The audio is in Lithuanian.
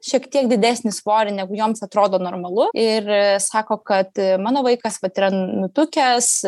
šiek tiek didesnį svorį negu joms atrodo normalu ir sako kad mano vaikas vat yra nutukęs